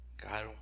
God